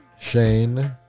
Shane